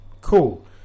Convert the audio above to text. cool